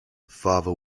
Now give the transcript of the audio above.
father